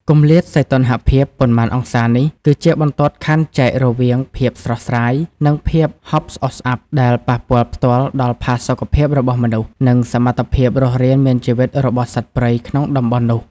គម្លាតសីតុណ្ហភាពប៉ុន្មានអង្សានេះ គឺជាបន្ទាត់ខណ្ឌចែករវាង ភាពស្រស់ស្រាយ និងភាពហប់ស្អុះស្អាប់ ដែលប៉ះពាល់ផ្ទាល់ដល់ផាសុកភាពរបស់មនុស្ស និងសមត្ថភាពរស់រានមានជីវិតរបស់សត្វព្រៃក្នុងតំបន់នោះ។